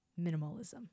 minimalism